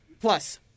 plus